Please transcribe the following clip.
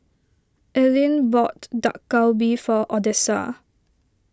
Allyn bought Dak Galbi for Odessa